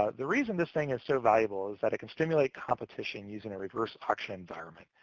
ah the reason this thing is so valuable is that it can stimulate competition using a reverse-auction environment.